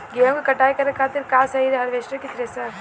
गेहूँ के कटाई करे खातिर का सही रही हार्वेस्टर की थ्रेशर?